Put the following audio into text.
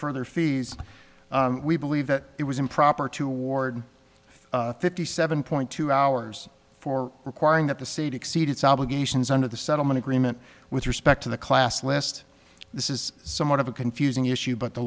further fees we believe that it was improper to ward fifty seven point two hours for requiring that the state exceed its obligations under the settlement agreement with respect to the class list this is somewhat of a confusing issue but the